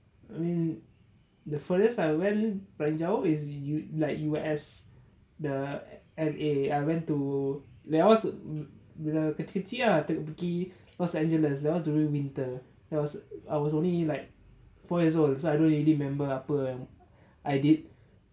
I mean the furthest I went paling jauh is U like U_S the L_A I went to that was bila kecil-kecil ah los angeles that was during winter I was I was only like four years old so I don't really remember apa yang I did